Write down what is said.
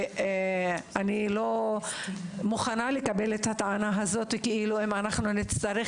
אני לא מוכנה לקבל את הטענה הזו שאם נצטרך